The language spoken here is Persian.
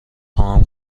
خواهم